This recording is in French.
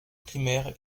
primaire